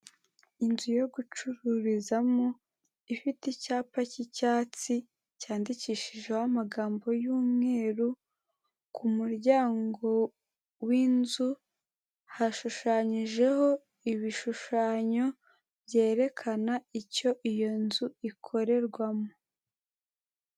Inzu yo gucururizamo, ifite icyapa cy'icyatsi, cyandikishijeho amagambo y'umweru, ku muryango w'inzu hashushanyijeho ibishushanyo byerekana icyo iyo nzu ikorerwamo.